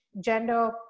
gender